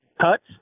cuts